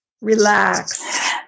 relax